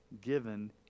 given